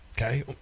okay